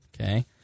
Okay